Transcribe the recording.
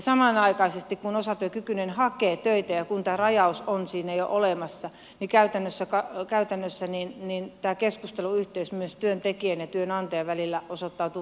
samanaikaisesti kun osatyökykyinen hakee töitä ja kun tämä rajaus on siinä jo olemassa käytännössä tämä keskusteluyhteys myös työntekijän ja työnantajan välillä osoittautuu vaikeaksi